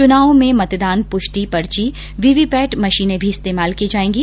चुनाव में मतदान पुष्टि पर्ची वीवी पैट मशीनें भी इस्तेमाल की जाएंगी